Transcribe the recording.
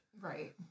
right